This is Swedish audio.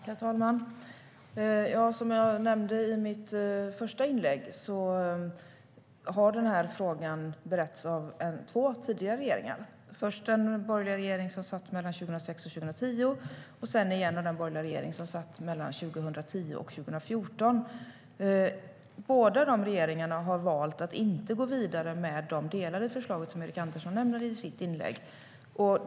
Herr talman! Som jag nämnde i mitt första inlägg har frågan beretts av två tidigare regeringar, först av den borgerliga regeringen 2006-2010 och sedan av den borgerliga regeringen 2010-2014. Båda dessa regeringar valde att inte gå vidare med de delar av förslaget som Erik Andersson nämnde i sitt inlägg.